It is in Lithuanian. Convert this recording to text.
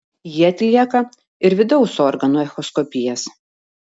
ji atlieka ir vidaus organų echoskopijas